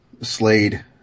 Slade